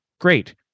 great